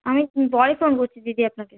আমি পরে ফোন করছি দিদি আপনাকে